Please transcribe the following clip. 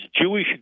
Jewish